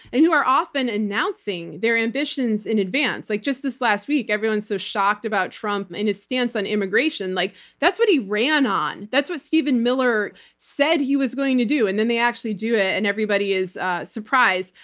and who are often announcing their ambitions in advance. like just this last week, everyone's so shocked about trump and his stance on immigration-that's like what he ran on! that's what stephen miller said he was going to do, and then they actually do it, and everybody is surprised.